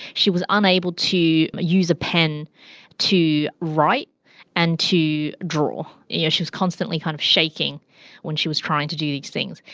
she was unable to use a pen to write and to draw she was constantly kind of shaking when she was trying to do these things.